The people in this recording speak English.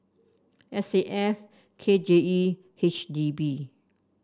S A F K J E H D B